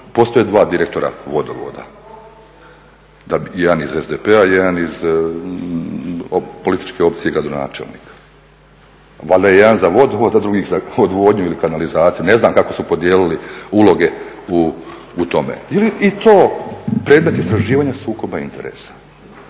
postoje 2 direktora vodovoda, jedan iz SDP-a, jedan iz političke opcije gradonačelnika. Valjda je jedan za vodovod, a drugi za odvodnju ili kanalizaciju, ne znam kako su podijelili uloge u tome. Je li i to predmet istraživanja sukoba interesa?